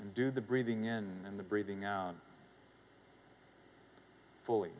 and do the breathing in and the breathing out fully